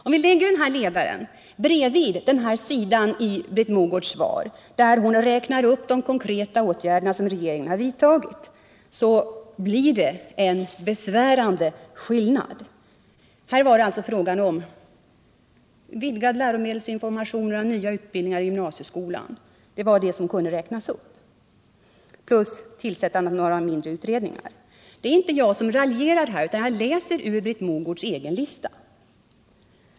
Om vi lägger denna ledare bredvid den sida i Britt Mogårds svar där hon räknar upp de konkreta åtgärder som regeringen har vidtagit finner vi att skillnaden är besvärande. I svaret talas det om vidgad läromedelsinformation, nya utbildningar i gymnasieskolan plus tillsättande av några mindre utredningar. Det är inte jag som raljerar här, utan jag läser ur Britt Mogårds egen lista.